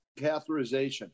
catheterization